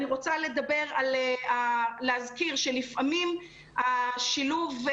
אני רוצה להזכיר שלפעמים השילוב,